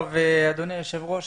אדוני היושב ראש,